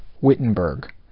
wittenberg